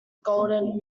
golden